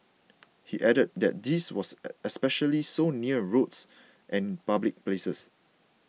he added that this was especially so near roads and public places